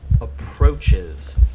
approaches